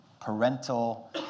parental